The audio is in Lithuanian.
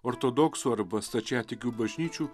ortodoksų arba stačiatikių bažnyčių